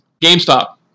GameStop